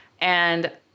and-